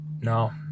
no